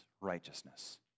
righteousness